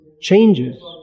changes